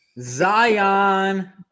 Zion